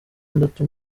gatatu